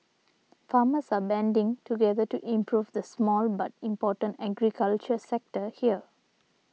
farmers are banding together to improve the small but important agriculture sector here